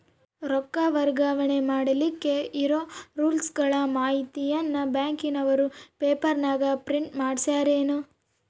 ರೊಕ್ಕ ವರ್ಗಾವಣೆ ಮಾಡಿಲಿಕ್ಕೆ ಇರೋ ರೂಲ್ಸುಗಳ ಮಾಹಿತಿಯನ್ನ ಬ್ಯಾಂಕಿನವರು ಪೇಪರನಾಗ ಪ್ರಿಂಟ್ ಮಾಡಿಸ್ಯಾರೇನು?